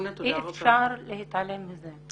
אי אפשר להתעלם מזה.